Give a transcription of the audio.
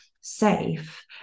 safe